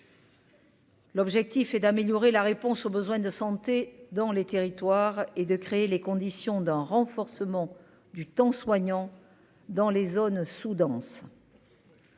L'objectif est d'améliorer la réponse aux besoins de santé dans les territoires et de créer les conditions d'un renforcement du temps soignant dans les zones sous-denses.